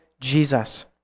Jesus